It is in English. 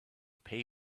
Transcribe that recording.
pay